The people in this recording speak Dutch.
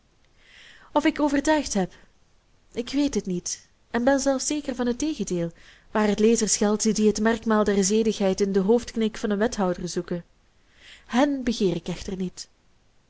of ik overtuigd heb ik weet het niet en ben zelfs zeker van het tegendeel waar het lezers geldt die het merkmaal der zedelijkheid in den hoofdknik van een wethouder zoeken hen begeer ik echter niet